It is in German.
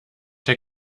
der